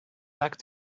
luck